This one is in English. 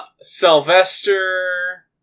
Sylvester